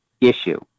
issue